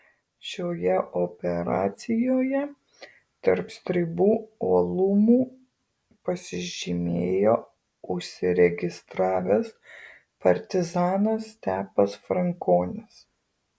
šioje operacijoje tarp stribų uolumu pasižymėjo užsiregistravęs partizanas stepas frankonis